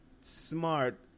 smart